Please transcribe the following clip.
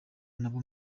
nabwo